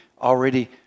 already